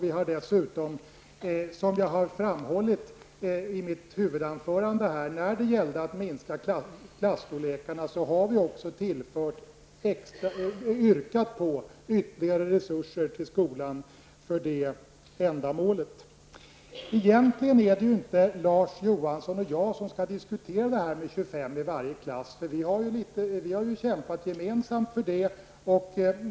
Vi har dessutom -- som framgick av mitt huvudanförande -- när det gäller att minska klasstorlekarna yrkat på ytterligare resurser till skolan för det ändamålet. Egentligen är det inte Larz Johansson och jag som skall diskutera det här med 25 elever i varje klass. Vi har ju kämpat gemensamt för det.